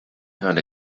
found